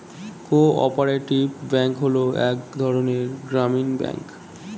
co operative bank হলো এক ধরনের গ্রামীণ ব্যাঙ্ক